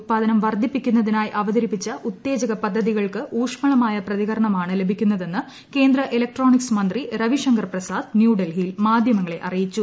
ഉത്പാദനം വർധിപ്പിക്കുന്നതിനായി അവതരിപ്പിച്ച ഉത്തേജക പദ്ധതികൾക്ക് ഊഷ്മളമായ പ്രതികരണമാണ് ലഭിക്കുന്നതെന്ന് കേന്ദ്ര ഇലക്ട്രോണിക്സ് മന്ത്രി രവിശങ്കർ പ്രസാദ് ന്യൂഡൽഹിയിൽ മാധ്യമങ്ങളെ അറിയിച്ചു